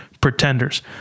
pretenders